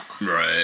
Right